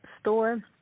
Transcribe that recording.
store